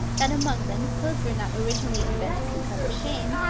that among them, clothes were not originally invented to cover shame,